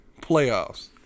playoffs